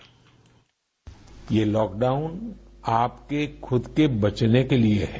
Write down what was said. bite ये lockdown आपको खुद के बचने के लिए है